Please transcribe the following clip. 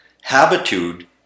Habitude